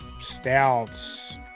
stouts